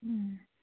ꯎꯝ